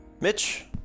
Mitch